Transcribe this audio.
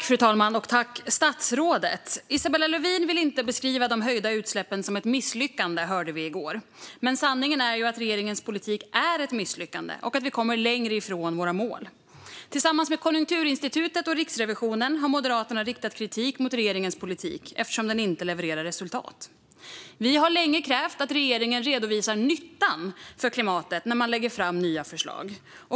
Fru talman! Statsrådet! Isabella Lövin vill inte beskriva de ökade utsläppen som ett misslyckande, hörde vi i går. Men sanningen är att regeringens politik är ett misslyckande och att vi kommer längre ifrån våra mål. Tillsammans med Konjunkturinstitutet och Riksrevisionen har Moderaterna riktat kritik mot regeringens politik eftersom den inte levererar resultat. Vi har länge krävt att regeringen ska redovisa nyttan för klimatet när man lägger fram nya förslag.